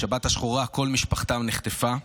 בשבת השחורה כל משפחתם נחטפה,